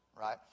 Right